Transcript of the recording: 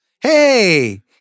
Hey